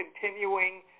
continuing